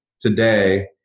today